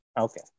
Okay